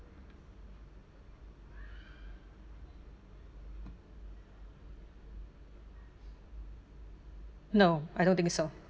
no I don't think so